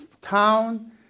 town